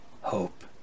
hope